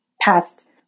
past